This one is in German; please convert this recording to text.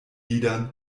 liedern